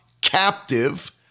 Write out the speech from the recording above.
captive